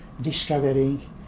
discovering